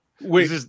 Wait